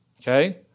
Okay